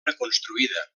reconstruïda